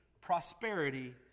prosperity